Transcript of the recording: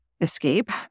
escape